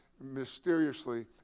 mysteriously